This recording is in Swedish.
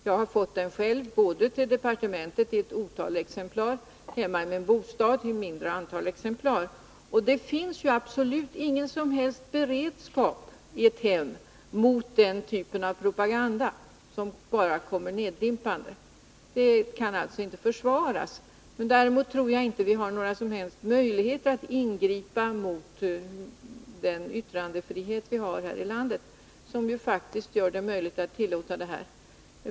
Jag har fått den själv både på departementet i ett otal exemplar och hemma i min bostad i ett mindre antal exemplar. Det finns absolut ingen som helst beredskap i ett hem mot denna typ av propaganda som bara kommer neddimpande. Det kan alltså inte försvaras. Däremot tror jag inte att vi har några som helst möjligheter att ingripa mot den yttrandefrihet vi har i detta land och som faktiskt tillåter sådant här.